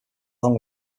along